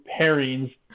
pairings